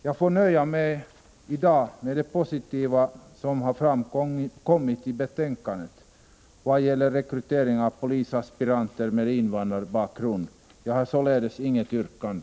Jag får i dag nöja mig med de positiva besked som har framkommit i betänkandet i vad gäller rekrytering av polisaspiranter med invandrarbakgrund. Jag har således inget yrkande.